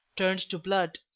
turned to blood.